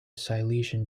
silesian